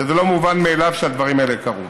וזה לא מובן מאליו שהדברים האלה קרו.